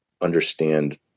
understand